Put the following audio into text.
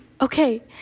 okay